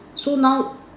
so now